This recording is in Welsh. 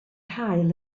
haul